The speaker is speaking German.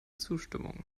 zustimmung